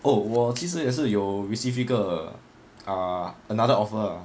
oh 我其实也是有 receive 一个 ah another offer ah